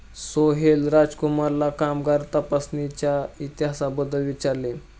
सोहेल राजकुमारला कामगार तपासणीच्या इतिहासाबद्दल विचारले